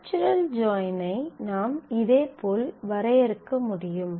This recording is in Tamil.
நாச்சுரல் ஜாயின் ஐ நாம் இதேபோல் வரையறுக்க முடியும்